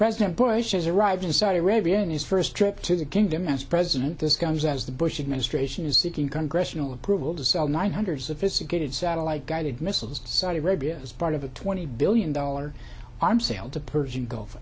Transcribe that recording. president bush has arrived in saudi arabia in his first trip to the kingdom as president this comes as the bush administration is seeking congressional approval to sell nine hundred sophisticated satellite guided missiles and saudi arabia as part of a twenty billion dollar arm sale to persian gulf